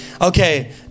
Okay